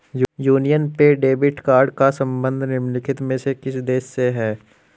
Union पे debit card का संबंध निम्नलिखित में से किस देश से है?